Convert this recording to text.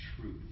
truth